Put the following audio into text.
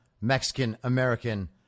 Mexican-American